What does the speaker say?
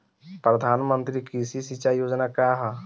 प्रधानमंत्री कृषि सिंचाई योजना का ह?